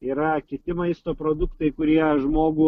yra kiti maisto produktai kurie žmogų